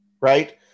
right